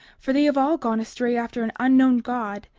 for they have all gone astray after an unknown god.